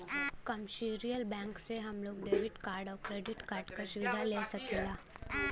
commercial bank से हम लोग डेबिट कार्ड आउर क्रेडिट कार्ड क सुविधा ले सकीला